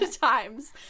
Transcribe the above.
times